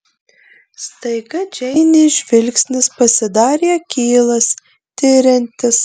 staiga džeinės žvilgsnis pasidarė akylas tiriantis